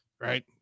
Right